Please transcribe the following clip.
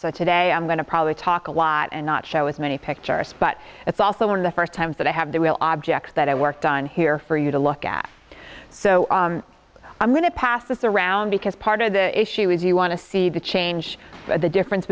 a day i'm going to probably talk a lot and not show as many pictures but it's also one of the first times that i have there will objects that i worked on here for you to look at so i'm going to pass this around because part of the issue is you want to see the change the difference